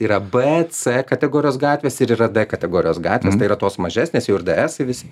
yra b c kategorijos gatvės ir yra d kategorijos gatvės tai yra tos mažesnės jau ir d esai visi